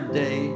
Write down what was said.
day